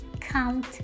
count